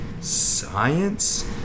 science